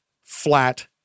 flat